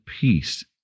peace